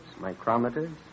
micrometers